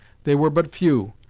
they were but few,